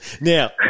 Now